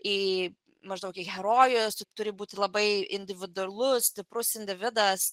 į maždaug į herojus turi būti labai individualus stiprus individas